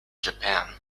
japan